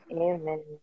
Amen